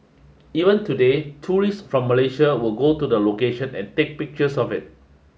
even today tourists from Malaysia will go to the location and take pictures of it